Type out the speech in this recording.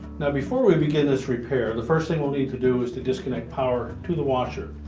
now, before we begin this repair, the first thing we'll need to do is to disconnect power to the washer.